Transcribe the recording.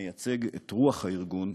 המייצג את רוח הארגון,